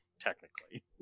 technically